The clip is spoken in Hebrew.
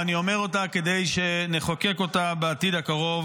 ואני אומר אותה כדי שנחוקק אותה בעתיד הקרוב,